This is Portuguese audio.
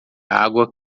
água